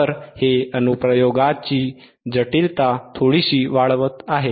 तर हे अनुप्रयोगाची जटिलता थोडीशी वाढवत आहे